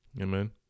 Amen